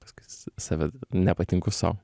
paskui save nepatinku sau